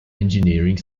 engineering